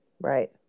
Right